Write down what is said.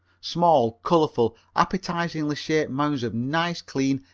small, colorful, appetizingly shaped mounds of nice, clean,